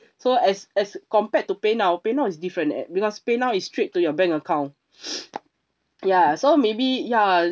so as as compared to PayNow PayNow is different at because PayNow is straight to your bank account ya so maybe ya